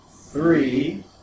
Three